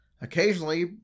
Occasionally